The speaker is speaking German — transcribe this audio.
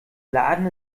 laden